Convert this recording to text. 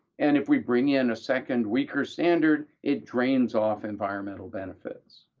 and if we bring in a second, weaker standard, it drains off environmental benefits.